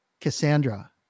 Cassandra